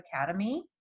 academy